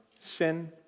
sin